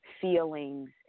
feelings